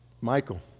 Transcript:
Michael